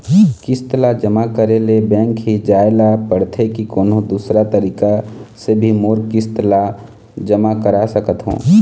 किस्त ला जमा करे ले बैंक ही जाए ला पड़ते कि कोन्हो दूसरा तरीका से भी मोर किस्त ला जमा करा सकत हो?